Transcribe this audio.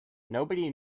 nobody